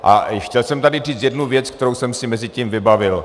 A chtěl jsem tady říct jednu věc, kterou jsem si mezitím vybavil.